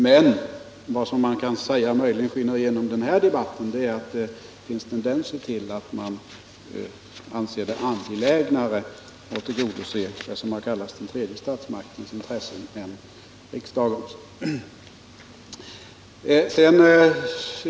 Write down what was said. Men vad man kan säga möjligen skiner igenom i den här debatten är att det finns tendenser till att man anser det mera angeläget att tillgodose det som har kallats den tredje statsmaktens intressen än riksdagens.